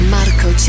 Marco